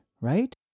right